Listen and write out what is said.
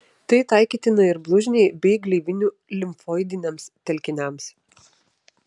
tai taikytina ir blužniai bei gleivinių limfoidiniams telkiniams